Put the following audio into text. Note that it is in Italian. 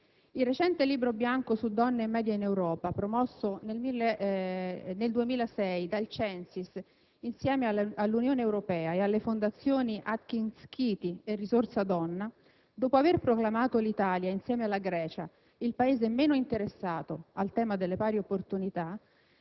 Il recente Libro bianco su «Donne e *media* in Europa», promosso nel 2006 dal CENSIS insieme all'Unione Europea e alle fondazioni Adkins Chiti e Risorsa Donna, dopo aver proclamato l'Italia insieme alla Grecia il Paese meno interessato al tema delle pari opportunità,